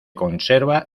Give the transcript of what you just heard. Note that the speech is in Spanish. conserva